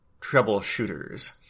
troubleshooters